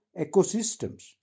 ecosystems